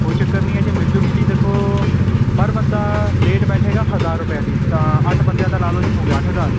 ਕੋਈ ਚੱਕਰ ਨਹੀਂ ਹੈ ਜੀ ਮਿਲ ਜੂਗੀ ਜੀ ਦੇਖੋ ਪਰ ਬੰਦਾ ਰੇਟ ਬੈਠੇਗਾ ਹਜ਼ਾਰ ਰੁਪਏ ਜੀ ਤਾਂ ਅੱਠ ਬੰਦਿਆਂ ਦਾ ਲਾ ਲਓ ਜੀ ਹੋ ਗਿਆ ਅੱਠ ਹਜ਼ਾਰ